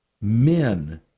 men